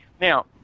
Now